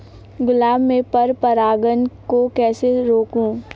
गुलाब में पर परागन को कैसे रोकुं?